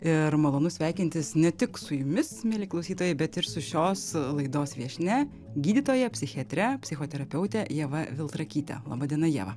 ir malonu sveikintis ne tik su jumis mieli klausytojai bet ir su šios laidos viešnia gydytoja psichiatre psichoterapeute ieva viltrakyte laba diena ieva